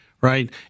right